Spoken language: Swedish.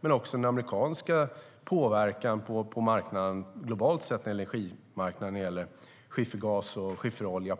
Men det finns också en amerikansk påverkan på energimarknaden globalt sett när det gäller skiffergas och skifferolja